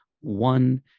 one